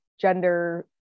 gender